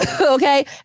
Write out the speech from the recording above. okay